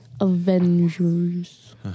Avengers